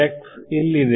x ಇಲ್ಲಿದೆ